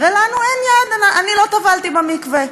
הרי לנו אין יד, אני לא טבלתי במקווה.